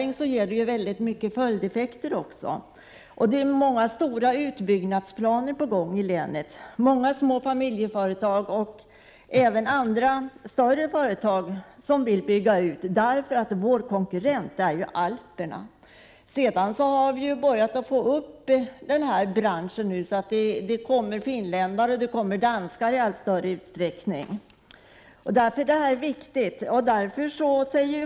Många små familjeföretag och även större företag vill bygga ut — det finns många utbyggnadsplaner på gång i länet — för att man skall kunna möta konkurrensen från Alperna. Man har lyckats arbeta upp branschen — det kommer finländare och danskar i allt större utsträckning till våra turistanläggningar.